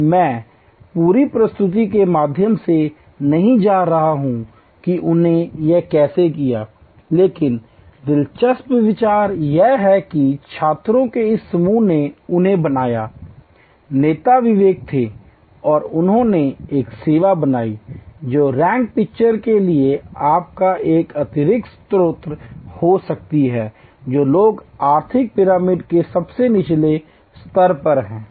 और मैं पूरी प्रस्तुति के माध्यम से नहीं जा रहा हूं कि उन्होंने यह कैसे किया लेकिन दिलचस्प विचार यह है कि छात्रों के इस समूह ने उन्हें बनाया नेता विवेक थे और उन्होंने एक सेवा बनाई जो रैग पिकर के लिए आय का एक अतिरिक्त स्रोत हो सकती है जो लोग आर्थिक पिरामिड के सबसे निचले स्तर पर हैं